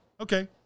Okay